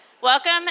Welcome